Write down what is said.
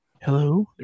Hello